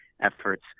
efforts